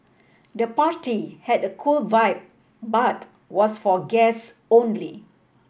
the party had a cool vibe but was for guests only